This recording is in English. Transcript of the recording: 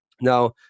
now